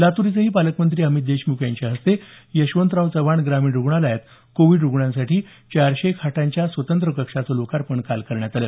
लातूर इथंही पालकमंत्री अमित देशमुख यांच्या हस्ते यशवंतराव चव्हाण ग्रामीण रुग्णालयात कोविड रुग्णांसाठी चारशे खाटांच्या स्वतंत्र कक्षाचं लोकार्पण करण्यात आल